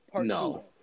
No